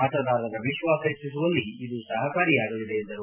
ಮತದಾರರ ವಿಶ್ವಾಸ ಹೆಚ್ಚಿಸುವಲ್ಲಿ ಇದು ಸಪಕಾರಿಯಾಗಲಿದೆ ಎಂದರು